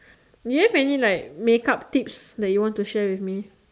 do you have any like make up tips that you want to share with me